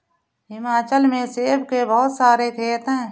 हिमाचल में सेब के बहुत सारे खेत हैं